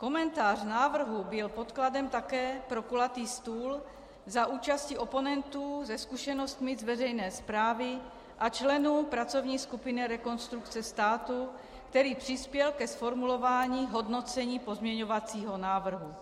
Komentář návrhu byl podkladem také pro kulatý stůl za účasti oponentů se zkušenostmi z veřejné správy a členů pracovní skupiny Rekonstrukce státu, který přispěl ke zformulování hodnocení pozměňovacího návrhu.